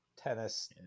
tennis